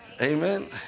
Amen